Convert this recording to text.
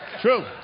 True